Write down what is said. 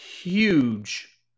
huge